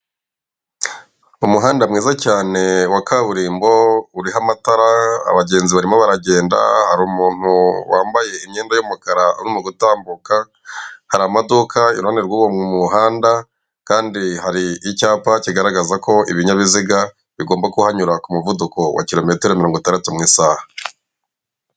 Umuhanda mwiza cyane wa kaburimbo uriho amatara, abagenzi barimo baragenda, hari umuntu wambaye imyenda y'umukara urimo gutambuka, hari amaduka iruhande rw'uwo muhanda. Kandi hari icyapa kigaragaza ko ibinyabiziga bigomba kuhanyura k'umuvuduko wa kirometero mirongo itandatu mu isaha.